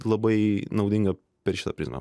labai naudinga per šitą prizmę